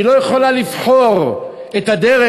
היא לא יכולה לבחור את הדרך,